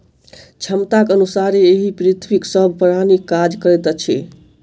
क्षमताक अनुसारे एहि पृथ्वीक सभ प्राणी काज करैत अछि